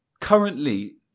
currently